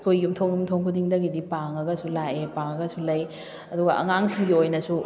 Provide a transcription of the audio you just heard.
ꯑꯩꯈꯣꯏ ꯌꯨꯝꯊꯣꯡ ꯌꯨꯝꯊꯣꯡ ꯈꯨꯗꯤꯡꯗꯒꯤꯗꯤ ꯄꯥꯡꯉꯒꯁꯨ ꯂꯥꯛꯑꯦ ꯄꯥꯡꯂꯒꯁꯨ ꯂꯩ ꯑꯗꯨꯒ ꯑꯉꯥꯡꯁꯤꯡꯒꯤ ꯑꯣꯏꯅꯁꯨ